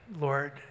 Lord